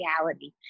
reality